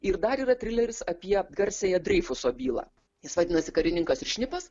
ir dar yra trileris apie garsiąją dreifuso bylą jis vadinasi karininkas ir šnipas